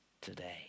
today